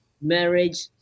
marriage